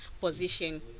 position